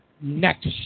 next